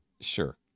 Sure